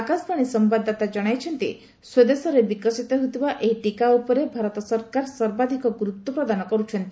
ଆକାଶବାଣୀ ସମ୍ଭାଦଦାତା ଜଣାଇଛନ୍ତି ସ୍ୱଦେଶରେ ବିକଶିତ ହେଉଥିବା ଏହି ଟୀକା ଉପରେ ଭାରତ ସରକାର ସର୍ବାଧିକ ଗୁରୁତ୍ୱ ପ୍ରଦାନ କରୁଛନ୍ତି